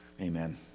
Amen